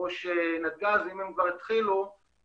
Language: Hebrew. יושב-ראש נתג"ז, האם הם כבר התחילו לפעול